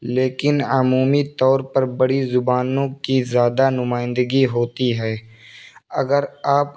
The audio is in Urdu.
لیکن عمومی طور پر بڑی زبانوں کی زیادہ نمائندگی ہوتی ہے اگر آپ